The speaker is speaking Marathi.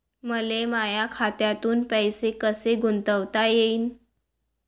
मले माया खात्यातून पैसे कसे गुंतवता येईन?